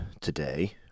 today